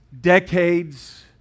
decades